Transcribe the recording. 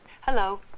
Hello